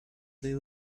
they